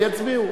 ויצביעו.